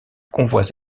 convois